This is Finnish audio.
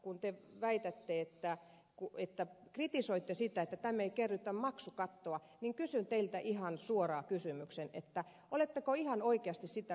kun te kritisoitte sitä että tämä ei kerrytä maksukattoa niin kysyn teiltä ihan suoran kysymyksen että oletteko ihan oikeasti sitä